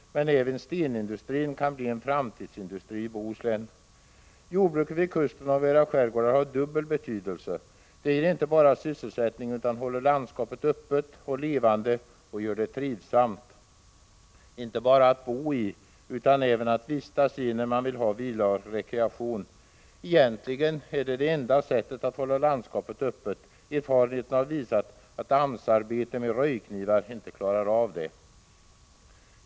Även stenindustrin kan bli en framtidsindustri i Bohuslän. Jordbruket vid kusten och i våra skärgårdar har dubbel betydelse. Det ger inte bara sysselsättning utan håller landskapet öppet och levande och gör det trivsamt inte bara att bo i utan även att vistas i när man vill ha vila och rekreation. Egentligen är det det enda sättet att hålla landskapet öppet. Erfarenheten har visat att AMS-arbete med röjknivar inte klarar det.